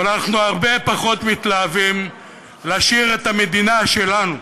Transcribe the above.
אבל אנחנו הרבה פחות מתלהבים להשאיר את המדינה שלנו,